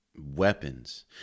weapons